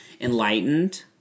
Enlightened